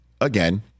again